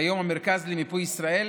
כיום המרכז למיפוי ישראל,